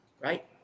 Right